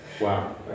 Wow